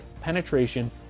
penetration